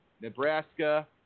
Nebraska